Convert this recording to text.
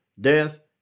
death